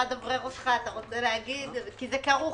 לחוק הביטוח הלאומי , התשנ"ה 1995 , כך שאחרי